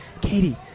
Katie